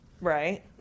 Right